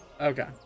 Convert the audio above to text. Okay